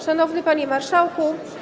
Szanowny Panie Marszałku!